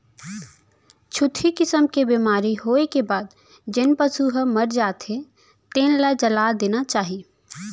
छुतही किसम के बेमारी होए के बाद जेन पसू ह मर जाथे तेन ल जला देना चाही